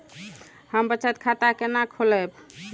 हम बचत खाता केना खोलैब?